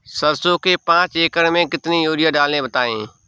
सरसो के पाँच एकड़ में कितनी यूरिया डालें बताएं?